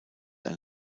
ein